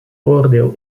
oordeel